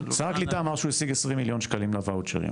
שר הקליטה אמר שהוא השיג 20 מיליון שקלים לוואוצ'רים,